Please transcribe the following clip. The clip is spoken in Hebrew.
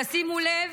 תשימו לב,